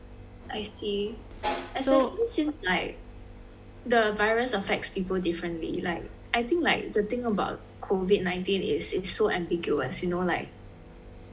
I see especially since like the virus affects people differently like I think like the thing about COVID nineteen is it's so ambiguous you know like